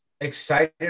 excited